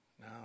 No